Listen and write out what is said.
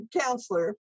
counselor